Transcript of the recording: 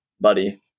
Buddy